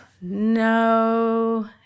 no